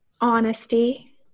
Honesty